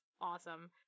awesome